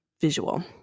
visual